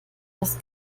das